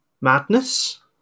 madness